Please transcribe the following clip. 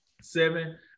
seven